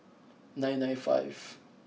nine nine five